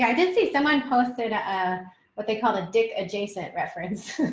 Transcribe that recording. yeah didn't see someone posted a what they call a dick adjacent reference